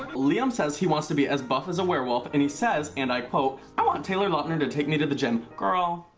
liam says he wants to be as buff as a werewolf, and he says, and i quote, i want taylor lautner to take me to the gym. girl,